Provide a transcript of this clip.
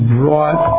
brought